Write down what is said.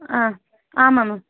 ஆ ஆ மேம்